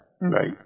Right